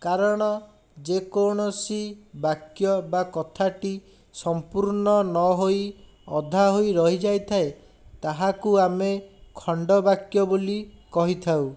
କାରଣ ଯେକୌଣସି ବାକ୍ୟ ବା କଥାଟି ସମ୍ପୂର୍ଣ ନହୋଇ ଅଧା ହୋଇ ରହିଯାଇଥାଏ ତାହାକୁ ଆମେ ଖଣ୍ଡବାକ୍ୟ ବୋଲି କହିଥାଉ